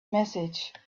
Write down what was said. message